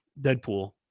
Deadpool